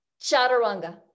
Chaturanga